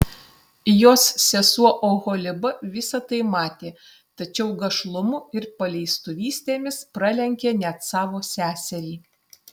jos sesuo oholiba visa tai matė tačiau gašlumu ir paleistuvystėmis pralenkė net savo seserį